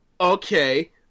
Okay